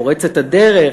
פורצת הדרך,